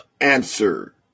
answer